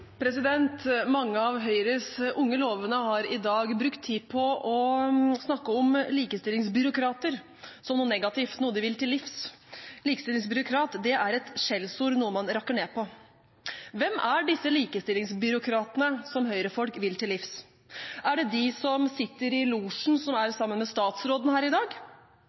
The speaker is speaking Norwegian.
Mange av Høyres unge lovende har i dag brukt tid på å snakke om likestillingsbyråkrater som noe negativt, noe de vil til livs. «Likestillingsbyråkrat» er et skjellsord, noe man rakker ned på. Hvem er disse likestillingsbyråkratene som Høyre-folk vil til livs? Er det de som sitter i losjen som er sammen med statsråden her i dag?